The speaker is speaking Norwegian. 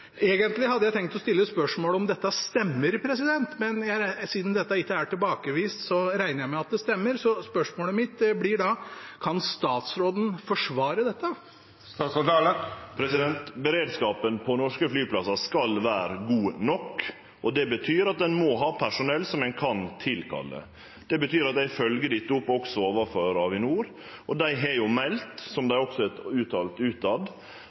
Egentlig hadde jeg tenkt å stille spørsmål om dette stemmer, men siden dette ikke er tilbakevist, regner jeg med at det stemmer. Spørsmålet mitt blir da: Kan statsråden forsvare dette? Beredskapen på norske flyplassar skal vere god nok, og det betyr at ein må ha personell som ein kan tilkalle. Eg følgjer dette opp også overfor Avinor, og dei har meldt, som dei også har uttalt